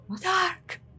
dark